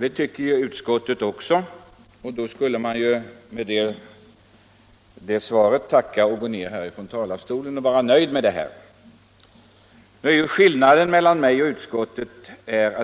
Det tycker utskottet också, och då skulle man ju kunna vara nöjd med det och gå ned från denna talarstol. Skillnaden mellan min och utskottets uppfattning är emellertid den